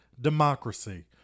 democracy